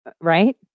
right